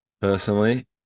personally